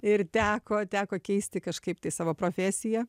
ir teko teko keisti kažkaip tai savo profesiją